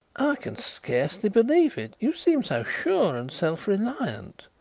i can scarcely believe it. you seem so sure and self-reliant.